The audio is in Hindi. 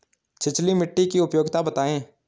छिछली मिट्टी की उपयोगिता बतायें?